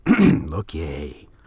Okay